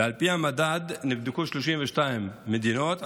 ועל פי המדד נבדקו 32 מדינות.